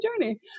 journey